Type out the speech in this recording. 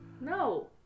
No